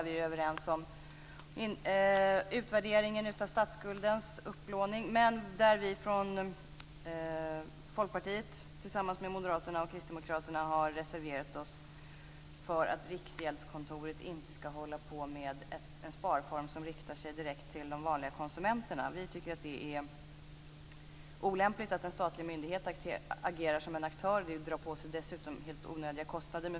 Vi är överens om utvärderingen av statsskuldens upplåning, men vi från Folkpartiet har tillsammans med Moderaterna och Kristdemokraterna reserverat oss för att Riksgäldskontoret inte ska hålla på med en sparform som riktar sig direkt till de vanliga konsumenterna. Vi tycker att det är olämpligt att en statlig myndighet agerar som en aktör och dessutom drar på sig helt onödiga kostnader.